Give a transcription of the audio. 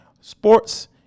sports